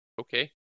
okay